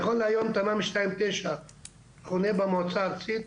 נכון להיום תמ"מ 2/ 9 חונה במועצה הארצית,